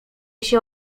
się